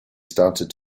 started